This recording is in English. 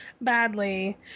badly